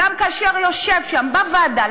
גם כאשר יושב שם בוועדה,